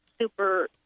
super